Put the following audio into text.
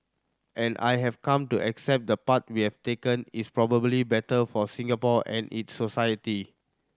and I have come to accept the path we have taken is probably better for Singapore and its society